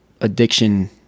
addiction